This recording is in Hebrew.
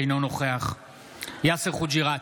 אינו נוכח יאסר חוג'יראת,